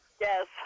Yes